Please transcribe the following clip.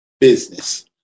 business